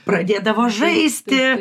pradėdavo žaisti